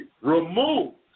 removed